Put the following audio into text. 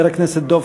ומוסיף לו זמן?